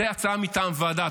זו הצעה מטעם ועדה,